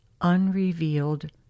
unrevealed